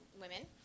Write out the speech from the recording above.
Women